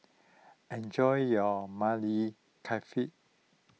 enjoy your Maili Kofta